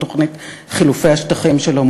בתוכנית חילופי השטחים שלו,